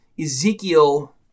Ezekiel